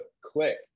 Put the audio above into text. click